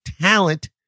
talent